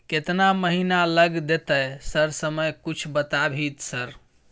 केतना महीना लग देतै सर समय कुछ बता भी सर?